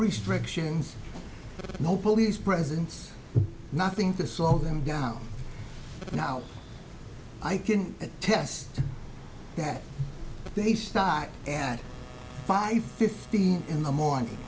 restrictions no police presence nothing to slow them down now i can attest that they start at five fifteen in the morning